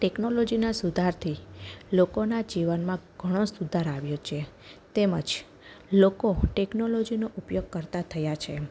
ટેક્નોલોજીના સુધારથી લોકોના જીવનમાં ઘણો સુધાર આવ્યો છે તેમજ લોકો ટેકનોલોજીનો ઉપયોગ કરતા થયા છે